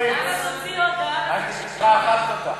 תרשמי אותה בדברי הימים של מרצ,